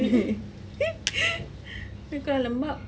habis kau lembab